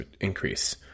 increase